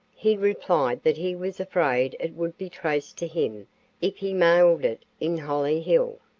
he replied that he was afraid it would be traced to him if he mailed it in hollyhill.